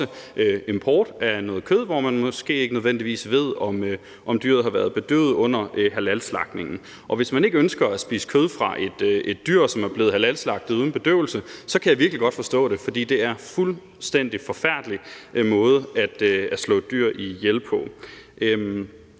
import af noget kød fra dyr, som man måske ikke ved om har været bedøvet under halalslagtningen. Og hvis man ikke ønsker at spise kød fra et dyr, som er blevet halalslagtet uden bedøvelse, så kan jeg virkelig godt forstå det, fordi det er en fuldstændig forfærdelig måde at slå et dyr ihjel på.